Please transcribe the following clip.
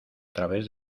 través